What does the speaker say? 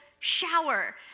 Shower